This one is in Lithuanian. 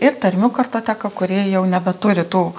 ir tarmių kartoteką kuri jau nebeturi tų